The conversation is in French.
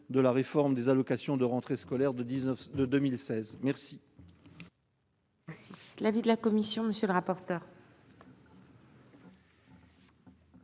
de la réforme des allocations de rentrée scolaire engagée en